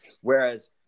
Whereas